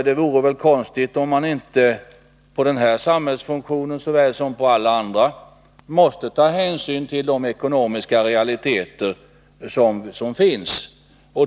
Det vore väl konstigt om man inte i denna samhällsfunktion, liksom i alla andra samhällsfunktioner, tog hänsyn till de ekonomiska realiteter som finns.